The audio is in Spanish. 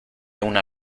una